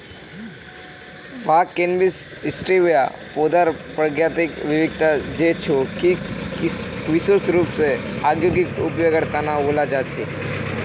भांग cannabis sativa पौधार प्रजातिक विविधता छे जो कि विशेष रूप स औद्योगिक उपयोगेर तना उगाल जा छे